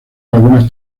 algunas